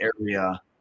area